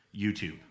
YouTube